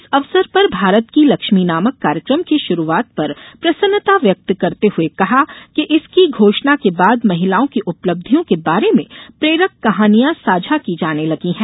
इस अवसर पर भारत की लक्ष्मी नामक कार्यक्रम की शुरुआत पर प्रसन्नता व्यक्त करते हुए कहा कि इसकी घोषणा के बाद महिलाओं की उपलब्धियों के बारे में प्रेरक कहानियां साझा की जाने लगी हैं